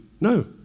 No